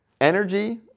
energy